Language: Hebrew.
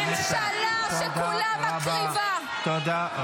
ממשלת הקרבה והשתמטות, זה מה שאתם.